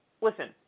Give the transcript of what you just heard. listen